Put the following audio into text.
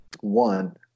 one